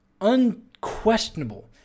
unquestionable